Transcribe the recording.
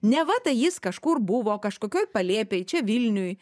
neva tai jis kažkur buvo kažkokioj palėpėj čia vilniuj